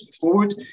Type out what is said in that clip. forward